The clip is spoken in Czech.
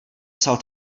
psal